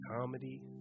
comedy